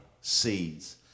seeds